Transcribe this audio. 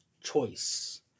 choice